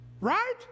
right